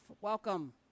Welcome